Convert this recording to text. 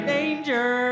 Danger